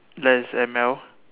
let's M_L